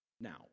Now